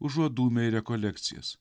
užuot dūmę į rekolekcijas